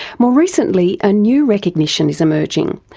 more recently, a new recognition is emerging,